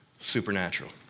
supernatural